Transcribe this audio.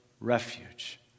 refuge